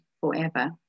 forever